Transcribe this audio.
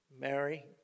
Mary